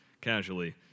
casually